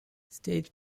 stage